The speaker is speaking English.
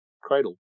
cradle